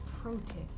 protest